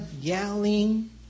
yelling